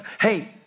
hey